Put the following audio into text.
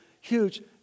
huge